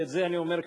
ואת זה אני אומר,